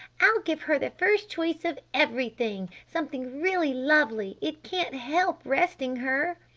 i'll give her the first choice of everything! something really lovely! it can't help resting her!